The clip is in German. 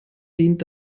dient